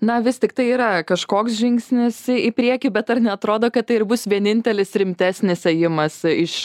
na vis tik tai yra kažkoks žingsnis į priekį bet ar neatrodo kad tai ir bus vienintelis rimtesnis ėjimas iš